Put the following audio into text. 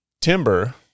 timber